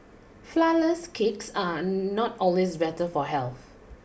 flourless cakes are not always better for health